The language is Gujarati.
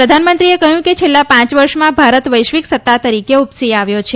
પ્રધાનમંત્રીએ કહ્યું કે છેલ્લા પાંચ વર્ષમાં ભારત વૈશ્વિક સત્તા તરીકે ઉપસી આવ્યો છે